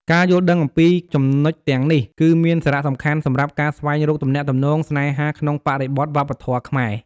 ការយល់ដឹងអំពីចំណុចទាំងនេះ គឺមានសារៈសំខាន់សម្រាប់ការស្វែងរកទំនាក់ទំនងស្នេហាក្នុងបរិបទវប្បធម៌ខ្មែរ។